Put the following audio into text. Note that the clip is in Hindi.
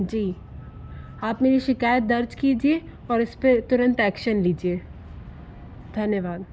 जी आप मेरी शिकायत दर्ज़ कीजिए और इस पर तुरंत एक्शन लीजिए धन्यवाद